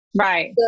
Right